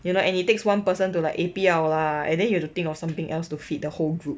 you know and it takes one person to like eh 不要啦 and then you have to think of something else to feed the whole group